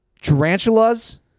Tarantulas